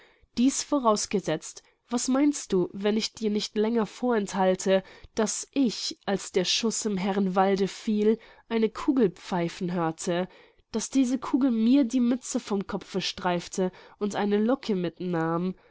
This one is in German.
dieß vorausgesetzt was meinst du wenn ich dir nicht länger vorenthalte daß ich als der schuß im herrenwalde fiel eine kugel pfeifen hörte daß diese kugel mir die mütze vom kopfe streifte und eine locke mitnahm